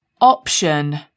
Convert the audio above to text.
option